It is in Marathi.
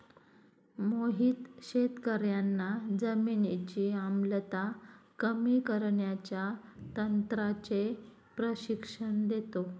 मोहित शेतकर्यांना जमिनीची आम्लता कमी करण्याच्या तंत्राचे प्रशिक्षण देतो